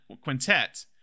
Quintet